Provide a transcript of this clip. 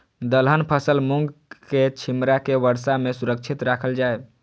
दलहन फसल मूँग के छिमरा के वर्षा में सुरक्षित राखल जाय?